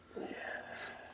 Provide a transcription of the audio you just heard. Yes